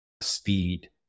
speed